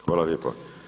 Hvala lijepa.